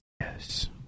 Yes